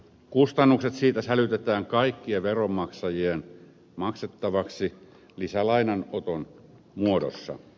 kustannukset siitä sälytetään kaikkien veronmaksajien maksettavaksi lisälainanoton muodossa